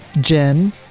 Jen